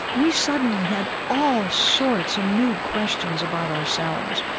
we suddenly had all sorts of new questions about ourselves.